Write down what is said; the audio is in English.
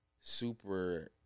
super